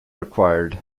required